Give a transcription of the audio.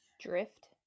drift